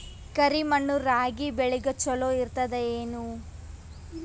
ಕರಿ ಮಣ್ಣು ರಾಗಿ ಬೇಳಿಗ ಚಲೋ ಇರ್ತದ ಏನು?